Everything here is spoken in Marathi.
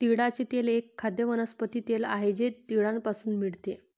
तिळाचे तेल एक खाद्य वनस्पती तेल आहे जे तिळापासून मिळते